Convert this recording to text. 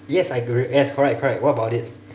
yes I g~ yes correct correct what about it